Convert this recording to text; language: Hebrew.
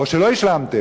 או שלא השלמתם,